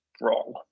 wrong